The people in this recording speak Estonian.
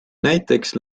näiteks